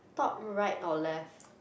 top right or left